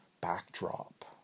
backdrop